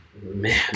man